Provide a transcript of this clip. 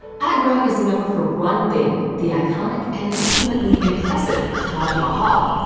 agra is known for one thing the iconic and ultimately impressive taj mahal.